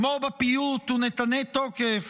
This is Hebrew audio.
כמו בפיוט "ונתנה תוקף"